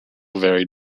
vary